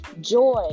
joy